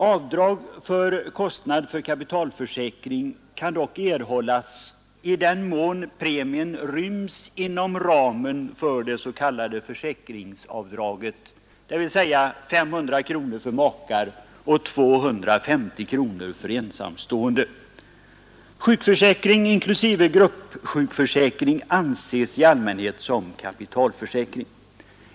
Avdrag för kostnad för kapitalförsäkring kan dock erhållas i den mån premien ryms inom ramen för det s.k. försäkringsavdraget, dvs. 500 kronor för makar och 250 kronor för ensamstående. Sjukförsäkring, inklusive gruppsjukförsäkring, anses i allmänhet som kapitalförsäkring.